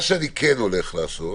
מה שאני כן הולך לעשות